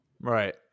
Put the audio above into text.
Right